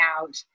out